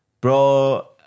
bro